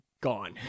gone